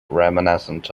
reminiscent